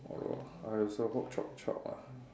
ya lor I also hope chop chop ah